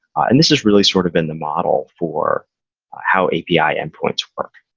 and this is really sort of in the model for how api endpoints work.